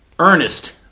Ernest